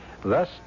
Thus